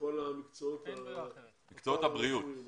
מקצועות בריאות.